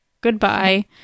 Goodbye